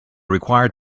required